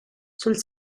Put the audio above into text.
sul